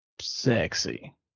Sexy